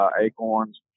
acorns